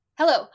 Hello